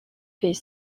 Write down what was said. fait